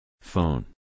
Phone